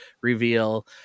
reveal